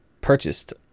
purchased